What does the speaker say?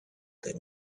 that